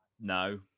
no